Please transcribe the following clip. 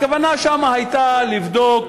הכוונה שם הייתה לבדוק